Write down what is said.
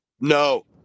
No